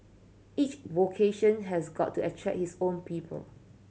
each vocation has got to attract its own people